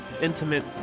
intimate